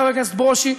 חבר הכנסת ברושי,